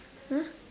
!huh!